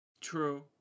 True